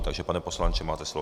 Takže pane poslanče, máte slovo.